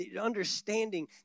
Understanding